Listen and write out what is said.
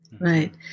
Right